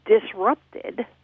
disrupted